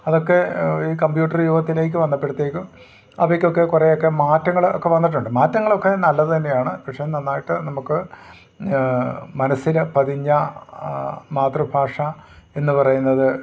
അതൊക്കെ ഈ കമ്പ്യൂട്ടർ യുഗത്തിലേക്ക് വന്നപ്പോഴത്തേക്കും അവക്കൊക്കെ കുറേയൊക്കെ മാറ്റങ്ങൾ ഒക്കെ വന്നിട്ടുണ്ട് മാറ്റങ്ങളൊക്കെ നല്ലതു തന്നെയാണ് പക്ഷെ നന്നായിട്ട് നമുക്ക് മനസ്സിൽ പതിഞ്ഞ മാതൃഭാഷ എന്നു പറയുന്നത്